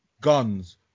Guns